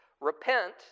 Repent